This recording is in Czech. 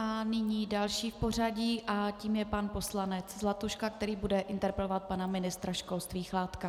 Nyní další v pořadí a tím je pan poslanec Zlatuška, který bude interpelovat pana ministra školství Chládka.